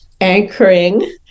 anchoring